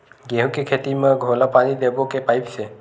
गेहूं के खेती म घोला पानी देबो के पाइप से?